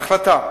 החלטה.